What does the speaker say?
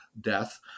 death